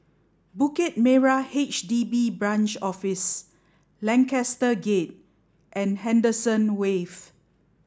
Bukit Merah HDB Branch Office Lancaster Gate and Henderson Wave